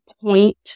point